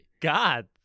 God